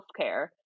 healthcare